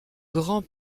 grand